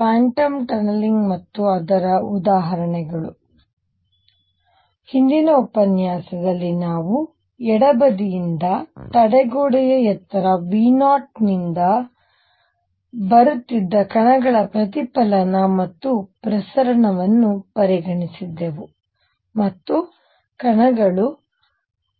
quantum tunnelling ಮತ್ತು ಅದರ ಉದಾಹರಣೆಗಳು ಹಿಂದಿನ ಉಪನ್ಯಾಸದಲ್ಲಿ ನಾವು ಎಡಬದಿಯಿಂದ ತಡೆಗೋಡೆಯ ಎತ್ತರ V0 ನಿಂದ ಬರುತ್ತಿದ್ದ ಕಣಗಳ ಪ್ರತಿಫಲನ ಮತ್ತು ಪ್ರಸರಣವನ್ನು ಪರಿಗಣಿಸಿದ್ದೆವು ಮತ್ತು ಕಣಗಳು